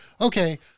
okay